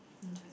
just